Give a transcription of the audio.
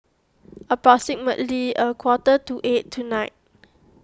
approximately a quarter to eight tonight